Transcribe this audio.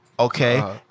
Okay